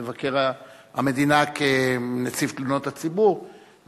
מבקר המדינה כנציב תלונות הציבור,